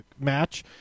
match